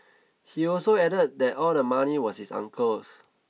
he also added that all the money was his uncle's